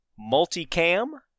Multicam